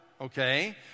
okay